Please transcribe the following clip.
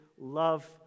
love